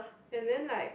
and then like